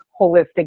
holistic